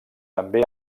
també